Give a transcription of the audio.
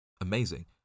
Amazing